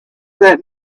that